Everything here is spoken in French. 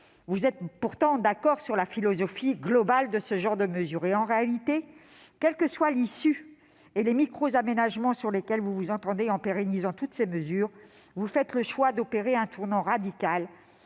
vous êtes pourtant d'accord sur la philosophie globale de ce genre de mesures. En réalité, quels que soient l'issue de ce texte et les micro-aménagements sur lesquels vous vous entendrez en pérennisant toutes ces mesures, vous faites le choix d'opérer un tournant radical